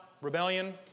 rebellion